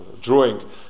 drawing